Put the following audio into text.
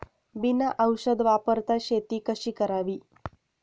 बिना औषध वापरता शेती कशी करावी?